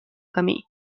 camí